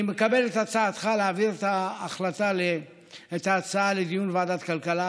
אני מקבל את הצעתך להעביר את ההצעה לדיון בוועדת הכלכלה.